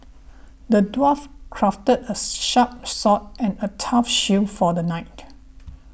the dwarf crafted a sharp sword and a tough shield for the knight